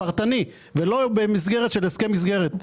לא על הסכם מסגרת.